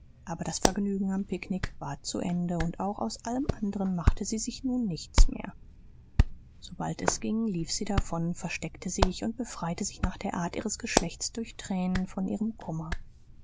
aber das vergnügen am picknick war zu ende und auch aus allem anderen machte sie sich nun nichts mehr sobald es ging lief sie davon versteckte sich und befreite sich nach der art ihres geschlechts durch tränen von ihrem kummer